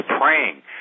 praying